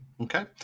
Okay